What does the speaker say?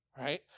right